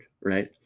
right